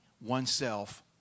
oneself